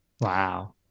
wow